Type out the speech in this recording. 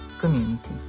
community